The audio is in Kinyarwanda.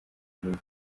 impano